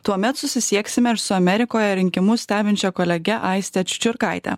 tuomet susisieksime ir su amerikoje rinkimus stebinčia kolege aiste čiučiurkaite